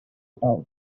town